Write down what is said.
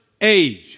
age